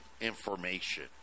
information